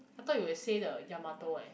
I thought you will say the yamato eh